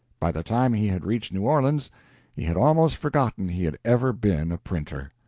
by the time he had reached new orleans he had almost forgotten he had ever been a printer.